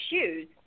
shoes